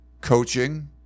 coaching